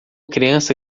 criança